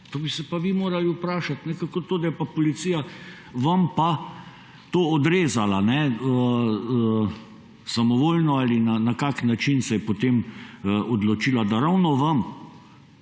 to bi se pa vi morali vprašati, kako to, da je pa policija vam to odrezala, samovoljno ali na kak način se je potem odločila, da ravno vam,